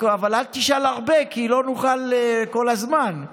אבל אל תשאל הרבה, כי לא נוכל כל הזמן.